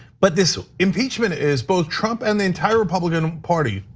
but this impeachment is both trump and the entire republican party,